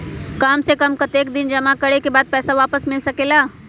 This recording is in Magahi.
काम से कम कतेक दिन जमा करें के बाद पैसा वापस मिल सकेला?